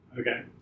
Okay